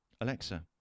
Alexa